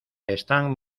están